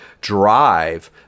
drive